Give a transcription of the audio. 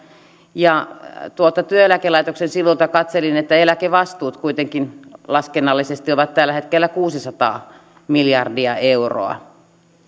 niin tuolta työeläkelaitoksen sivulta katselin että eläkevastuut kuitenkin laskennallisesti ovat tällä hetkellä kuusisataa miljardia euroa